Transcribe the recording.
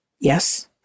yes